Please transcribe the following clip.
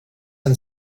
and